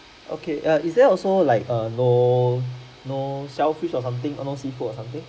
okay err is there also like err no no shellfish or something no seafood or something